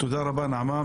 תודה רבה, נעמה.